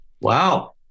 wow